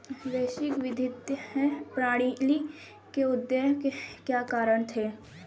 वैश्विक वित्तीय प्रणाली के उदय के क्या कारण थे?